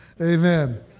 Amen